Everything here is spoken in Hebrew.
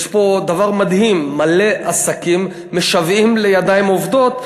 יש פה דבר מדהים: מלא עסקים משוועים לידיים עובדות,